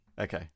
Okay